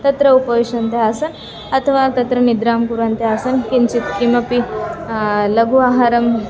तत्र उपविश्य आसम् अथवा तत्र निद्रां कुर्वन्त्यासं किञ्चित् किमपि लघु आहारं